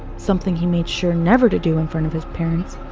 something he made sure never to do in front of his parents,